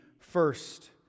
First